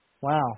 Wow